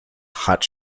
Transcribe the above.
hot